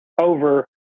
over